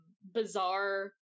bizarre